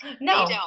no